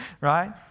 right